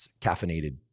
caffeinated